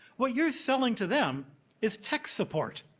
what you're selling to them is tech support.